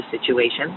situation